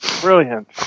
brilliant